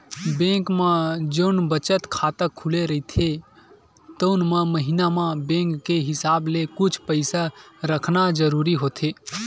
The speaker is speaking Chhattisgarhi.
बेंक म जउन बचत खाता खुले रहिथे तउन म महिना म बेंक के हिसाब ले कुछ पइसा रखना जरूरी होथे